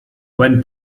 when